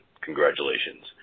congratulations